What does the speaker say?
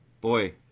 Boy